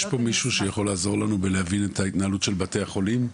יש פה מישהו שיכול לעזור לנו בלהבין את ההתנהלות של בתי החולים?